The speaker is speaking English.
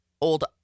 old